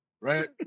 right